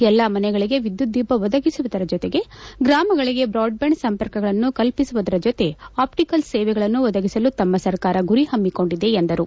ಎಲ್ಲ ಮನೆಗಳಿಗೆ ವಿದ್ಯುತ್ ದೀಪ್ ಒದಗಿಸುವುದರ ಜೊತೆಗೆ ಗ್ರಾಮಗಳಿಗೆ ಬ್ರಾಡ್ಬ್ಯಾಂಡ್ ಸಂಪರ್ಕಗಳನ್ನು ಕಲ್ಪಿಸುವುದರ ಜೊತೆಗೆ ಆಪ್ಲಿಕಲ್ ಸೇವೆಗಳನ್ನು ಒದಗಿಸಲು ತಮ್ಮ ಸರ್ಕಾರ ಗುರಿ ಹಮ್ನಿಕೊಂಡಿದೆ ಎಂದರು